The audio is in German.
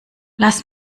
lass